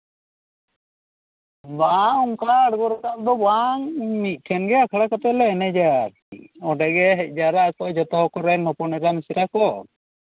ᱵᱟᱝ ᱚᱱᱠᱟ ᱟᱬᱜᱚ ᱨᱟᱠᱟᱵ ᱫᱚ ᱵᱟᱝ ᱢᱤᱫᱴᱷᱮᱱᱜᱮ ᱟᱠᱷᱲᱟ ᱠᱟᱛᱮᱫᱞᱮ ᱮᱱᱮᱡᱟ ᱟᱨᱠᱤ ᱚᱱᱰᱮᱜᱮ ᱦᱮᱡ ᱡᱟᱣᱨᱟᱜ ᱟᱠᱚ ᱡᱚᱛᱚ ᱠᱚᱨᱮᱱ ᱦᱚᱯᱚᱱ ᱮᱨᱟ ᱢᱤᱥᱨᱟ ᱠᱚ